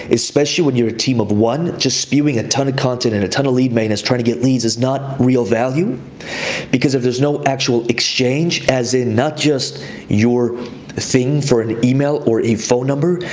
especially when you're a team of one, just spewing a ton of content and a ton of lead maintenance trying to get leads is not real value because if there's no actual exchange, as in not just your thing for an email or a phone number,